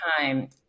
time